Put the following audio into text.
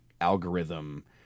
algorithm